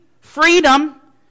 freedom